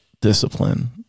discipline